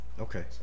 okay